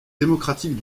démocratique